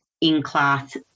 in-class